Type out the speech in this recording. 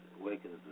awakens